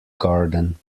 garden